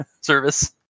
service